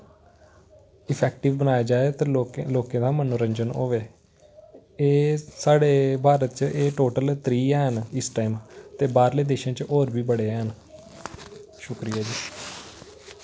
effective बनाया जाए ते लोकें दा मनोरंजन होऐ एह् साढ़े भारत च एह् टोटल त्रीह् हैन इस टाइम ते बाह्रले देशें च होर बी बड़े हैन शुक्रिया जी